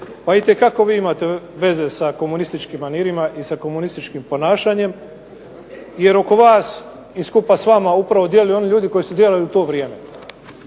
Pa itekako vi imate veze sa komunističkim manirima i sa komunističkim ponašanjem jer oko vas i skupa s vama upravo djeluju oni ljudi koji su djelovali u to vrijeme.